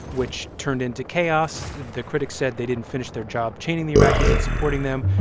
which turned into chaos the critics said they didn't finish their job training the iraqis and supporting them,